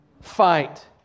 Fight